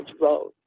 road